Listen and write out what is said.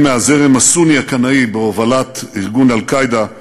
מהזרם הסוני הקנאי בהובלת ארגון "אל-קאעידה",